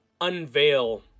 unveil